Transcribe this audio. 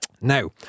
Now